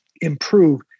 improve